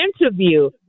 interview